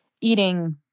eating